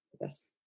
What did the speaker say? Yes